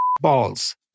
balls